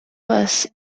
was